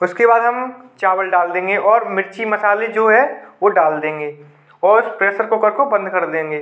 उसके बाद हम चावल डाल देंगे और मिर्ची मसाले जो है वो डाल देंगे और प्रेशर कुकर को बंद कर देंगे